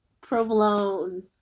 Provolone